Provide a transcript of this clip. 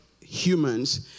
humans